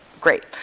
great